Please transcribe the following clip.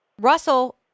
Russell